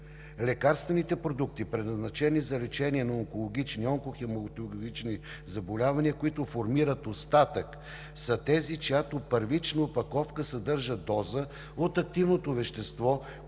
Лекарствените продукти, предназначени за лечение на онкологични/онкохематологични заболявания, които формират остатък, са тези, чиято първична опаковка съдържа доза от активното вещество,